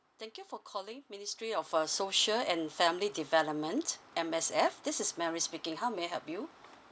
thank you for calling ministry of uh social and family development M_S_F this is mary speaking how may I help you